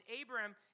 Abraham